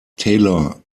taylor